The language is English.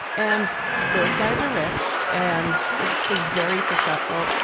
and those guys are rich and very successful.